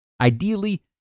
Ideally